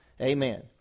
Amen